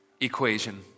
equation